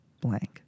Blank